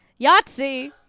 Yahtzee